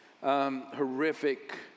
horrific